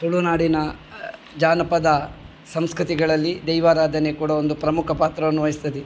ತುಳುನಾಡಿನ ಜಾನಪದ ಸಂಸ್ಕೃತಿಗಳಲ್ಲಿ ದೈವಾರಾಧನೆ ಕೂಡ ಒಂದು ಪ್ರಮುಖ ಪಾತ್ರವನ್ನು ವಹಿಸ್ತದೆ